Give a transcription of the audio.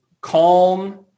calm